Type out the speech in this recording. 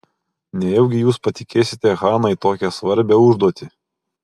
nejaugi jūs patikėsite hanai tokią svarbią užduotį